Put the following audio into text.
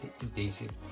intensive